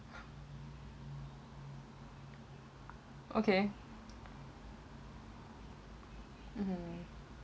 okay um